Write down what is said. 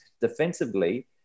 defensively